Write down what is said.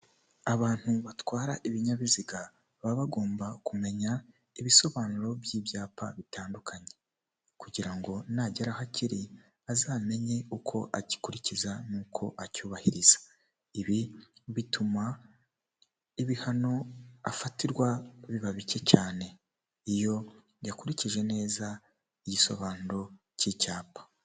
Abantu batwara ibinyabiziga baba bagomba kumenya ibisobanuro by'ibyapa bitandukanye, kugira ngo nagera aho akiri azamenye uko agikurikiza n'uko acyubahiriza, ibi bituma ibihano afatirwa biba bike cyane, iyo yakurikije neza igisobanuro k'icyapa.